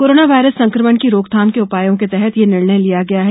corona virus संक्रमण की रोकथाम के उपायों के तहत यह निर्णय लिया गया है